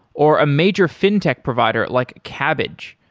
or a major fintech provider like kabbage,